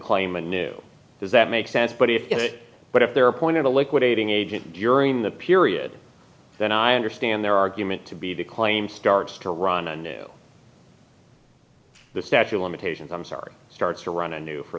claim a new does that make sense but if it but if they're appointed to liquidating agent during the period then i understand their argument to be the claim starts to run a new the statue of limitations i'm sorry starts to run a new for